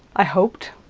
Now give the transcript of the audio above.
i hoped,